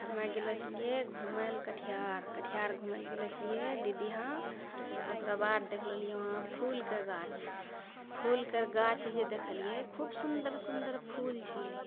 हमे गेलो छलियै घुमय लऽ कटिहार कटिहार घुमय लऽ गेलो छलियै दीदी इहाँ ओकरो बाद देखलोलियै उहाँ फूलके गाछ फूल के गाछ जे देखलियै खूब सुन्दर सुन्दर फूल छलै